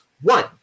One